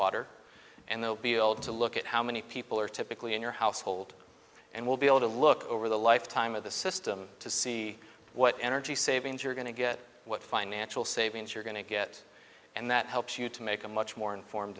water and they'll be able to look at how many people are typically in your household and will be able to look over the lifetime of the system to see what energy savings you're going to get what financial savings you're going to get and that helps you to make a much more informed